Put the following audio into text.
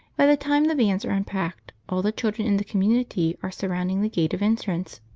by the time the vans are unpacked all the children in the community are surrounding the gate of entrance.